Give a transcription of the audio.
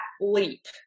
leap